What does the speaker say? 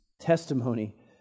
testimony